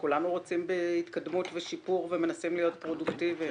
כולנו רוצים בהתקדמות ושיפור ומנסים להיות פרודוקטיביים